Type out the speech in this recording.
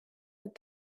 but